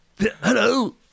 Hello